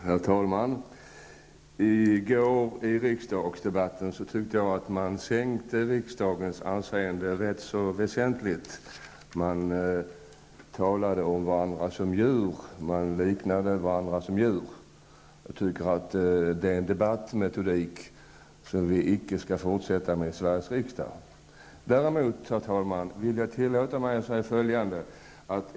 Herr talman! I debatten i går tyckte jag att man sänkte riksdagens anseende rätt väsentligt, när man liknade varandra vid djur. Det är en debattmetodik som vi icke bör fortsätta med i Sveriges riksdag. Däremot vill jag tillåta mig att säga följande.